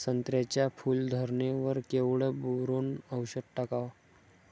संत्र्याच्या फूल धरणे वर केवढं बोरोंन औषध टाकावं?